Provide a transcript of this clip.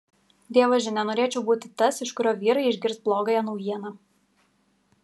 dievaži nenorėčiau būti tas iš kurio vyrai išgirs blogąją naujieną